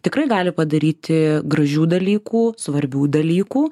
tikrai gali padaryti gražių dalykų svarbių dalykų